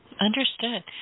Understood